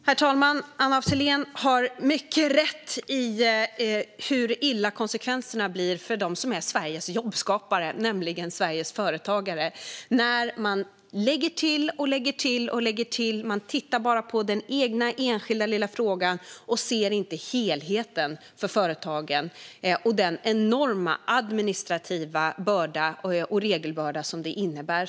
Herr talman! Anna af Sillén har helt rätt i hur allvarliga konsekvenserna blir för dem som är Sveriges jobbskapare, nämligen Sveriges företagare, när man lägger till mer och mer. Man tittar bara på den enskilda lilla frågan och ser inte helheten för företagen eller den enorma administrativa börda och regelbörda som det innebär.